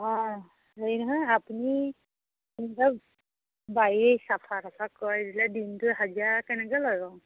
অঁ হেৰি নহয় আপুনি বাৰী চাফা তাফা কৰি দিলে দিনটোৰ হাজিৰা কেনেকে লয় বাৰু